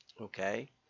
Okay